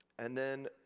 and then,